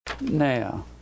Now